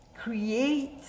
Create